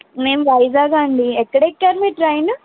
మేము వైజాగ్ అండీ ఎక్కడెక్కారు మీరు ట్రైను